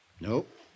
Nope